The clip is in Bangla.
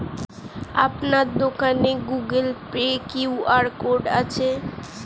আপনার দোকানে গুগোল পে কিউ.আর কোড আছে?